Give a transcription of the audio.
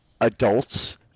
adults